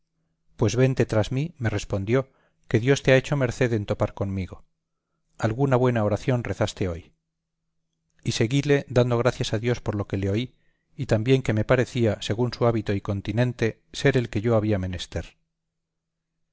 pues vente tras mí me respondió que dios te ha hecho merced en topar comigo alguna buena oración rezaste hoy y seguíle dando gracias a dios por lo que le oí y también que me parecía según su hábito y continente ser el que yo había menester